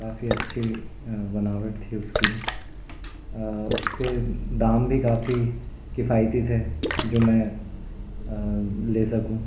काफ़ी अच्छी बनावट थी उसकी उसके दाम भी काफ़ी किफायती थे जो मैं ले सकूँ